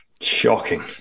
shocking